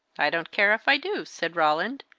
i don't care if i do, said roland.